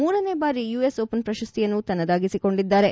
ಮೂರನೇ ಬಾರಿ US Open ಪ್ರಶಸ್ತಿಯನ್ನು ತನ್ನದಾಗಿಸಿಕೊಂಡಿದ್ದಾರೆ